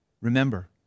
remember